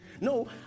No